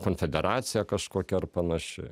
konfederacija kažkokia ar panaši